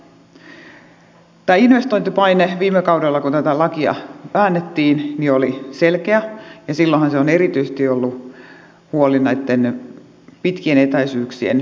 tämä investointipaine viime kaudella kun tätä lakia väännettiin oli selkeä ja silloinhan on erityisesti ollut huoli näitten pitkien etäisyyksien yhtiöiden osalta